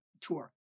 tour